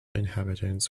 inhabitants